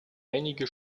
einige